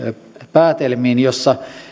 päätelmiin joissa